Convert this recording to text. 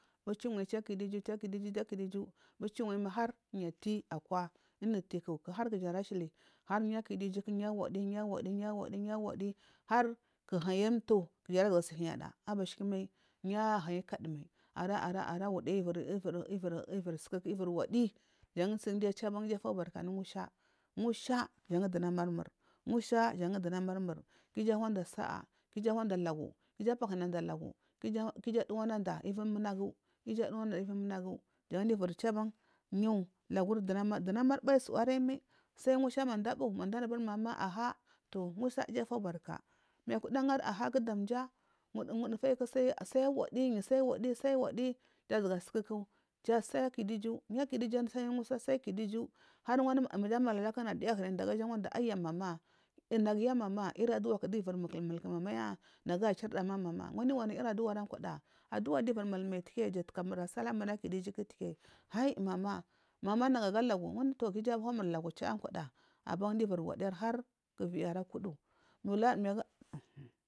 waya kidugu kiduju kiduju yu ati akwa unutiku harkuja arashili yukuduju yawadi yawadi har hayir mbe kuja arasahuyada abashikuma ya hayi kadumal arawudayu ivir tuda ivory wadi jansugiyu chuban iju fobarka anu musha musha jangu dunamama musha jan dunamarmur kuju wanda sa’a ku iju apahunada lagu iju awanda lagu ki iju aduwanada iju achiwanada ivi munagu jangiyu ivirchaban lagurbu ayumai dunama aiyi suwaraiyi mai sai musha manda bu manda anu mama ahah toh musha iya fobarka mayukuda gari ahaku damja wodufayuku sai wodu sai wadi sai wadi sukuku ai kidugu sai kidugu anu musha sai kidugju maja wanu mala lakana duya ahura mdagaja wamsa ayamama mama iri aduwaku nduvin muluya mulku mama nagu achirya ma waniyu wani iri aduwara kwada aduwa tiyu iviri mulmai tiki muna sallah namur aki duju hai mama mama nagu aga lagu kiju huwamur lagucha aban diayu iviri wodiiri harku viyi arakudu.